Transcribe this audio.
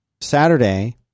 Saturday